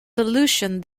solution